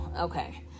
okay